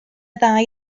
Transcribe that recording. ddau